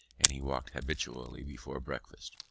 and he walked habitually before breakfast,